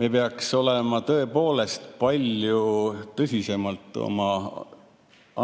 Me peaks tõepoolest palju tõsisemalt oma